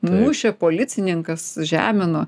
mušė policininkas žemino